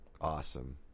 Awesome